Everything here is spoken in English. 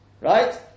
right